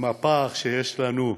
עם הפער שיש לנו,